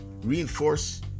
reinforce